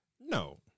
No